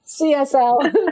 csl